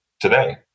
today